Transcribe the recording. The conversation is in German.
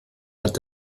hat